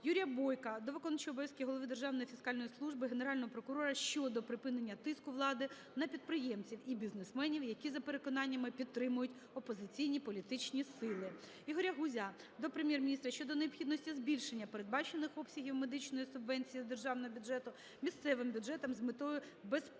Юрія Бойка до виконуючого обов'язки Голови Державної фіскальної служби, Генерального прокурора щодо припинення тиску влади на підприємців і бізнесменів, які за переконаннями підтримують опозиційні політичні сили. ІгоряГузя до Прем'єр-міністра щодо необхідності збільшення передбачених обсягів медичної субвенції з державного бюджету місцевим бюджетам з метою безперебійної